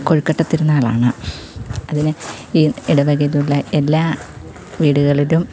കൊഴുക്കട്ട തിരുന്നാളാണ് അതിന് ഈ ഇടവകയിലുള്ള എല്ലാ വീടുകളിലും